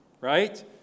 right